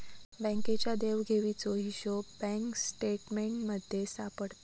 बँकेच्या देवघेवीचो हिशोब बँक स्टेटमेंटमध्ये सापडता